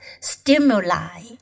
stimuli